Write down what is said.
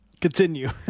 Continue